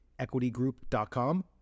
equitygroup.com